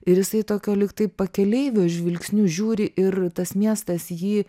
ir jisai tokio lyg tai pakeleivio žvilgsniu žiūri ir tas miestas jį